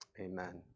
Amen